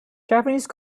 japanese